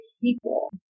people